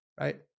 right